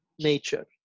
nature